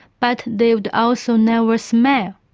but they would also never smell,